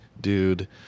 dude